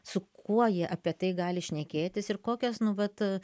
su kuo jie apie tai gali šnekėtis ir kokias nu vat